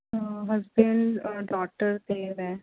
husband daughter ਅਤੇ ਮੈਂ